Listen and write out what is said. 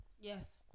Yes